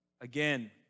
again